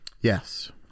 Yes